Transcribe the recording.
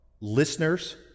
listeners